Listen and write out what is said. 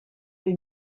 lui